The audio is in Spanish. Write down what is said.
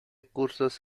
cursos